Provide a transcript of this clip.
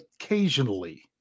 occasionally